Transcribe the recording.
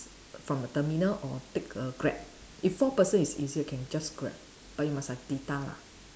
from the terminal or take a Grab if four person is easier can just Grab but you must have data lah